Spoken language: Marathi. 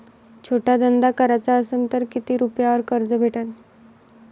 छोटा धंदा कराचा असन तर किती रुप्यावर कर्ज भेटन?